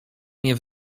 nie